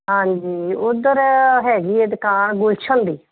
ਹਾਂਜੀ ਉੱਧਰ ਹੈਗੀ ਹੈ ਦੁਕਾਨ ਗੁਲਸ਼ਨ ਦੀ